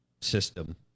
system